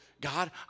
God